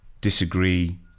disagree